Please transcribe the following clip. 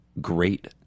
Great